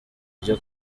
ryo